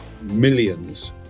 millions